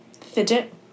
fidget